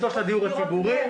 נכון, בתוך הדיור הציבורי,